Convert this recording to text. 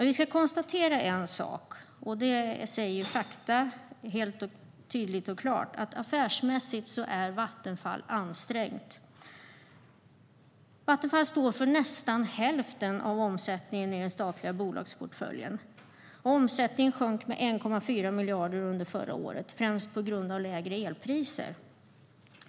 Vi kan konstatera en sak, vilket fakta säger helt tydligt och klart, nämligen att affärsmässigt är Vattenfall ansträngt. Vattenfall står för nästan hälften av omsättningen i den statliga bolagsportföljen. Omsättningen sjönk med 1,4 miljarder under förra året, främst på grund av lägre elpriser.